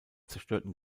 zerstörten